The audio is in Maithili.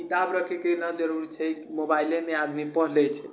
किताब रखै के नहि जरूरी छै मोबाइलेमे आदमी पढ़ि लै छै